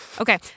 Okay